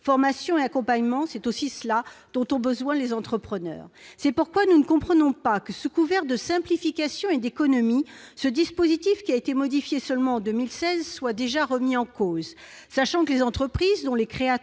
formation et accompagnement, c'est aussi de cela que les entrepreneurs ont besoin. C'est pourquoi nous ne comprenons pas que, sous couvert de simplification et d'économie, ce dispositif, qui a été modifié seulement en 2016, soit déjà remis en cause, d'autant que, à trois ans, les entreprises dont les créateurs